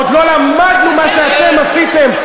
עוד לא למדנו מה שאתם עשיתם.